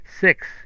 Six